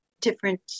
different